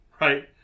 right